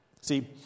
See